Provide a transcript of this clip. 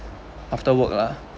after work lah